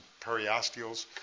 periosteals